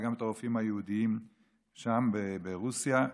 וגם את הרופאים היהודים שם ברוסיה,